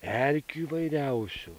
erkių įvairiausių